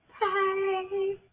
Bye